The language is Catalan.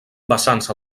vessants